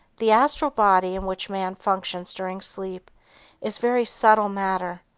the astral body in which man functions during sleep is very subtle matter.